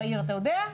אתה יודע?